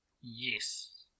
Yes